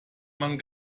man